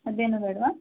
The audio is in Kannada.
ಮತ್ತೇನೂ ಬೇಡವಾ